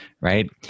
right